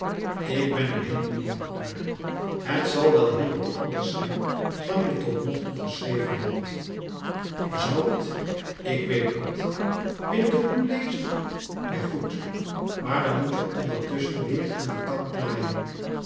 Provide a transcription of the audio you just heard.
ik ben er heel benieuwd naar het zal wel heel wat anders zijn dan je totnogtoe geschreven hebt zoû het ik weet niet wil ik het nu lezen ja goed maar dan moet je ondertusschen weêr aan die kant naaien